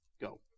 Go